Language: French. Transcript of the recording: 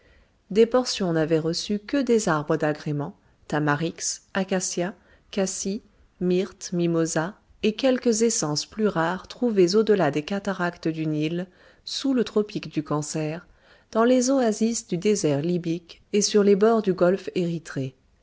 des portions n'avaient reçu que des arbres d'agrément tamaris acacias cassies myrtes mimosas et quelques essences plus rares trouvées au-delà des cataractes du nil sous le tropique du cancer dans les oasis du désert libyque et sur les bords du golfe